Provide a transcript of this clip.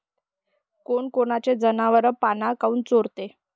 कोनकोनचे जनावरं पाना काऊन चोरते?